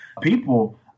people